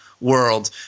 world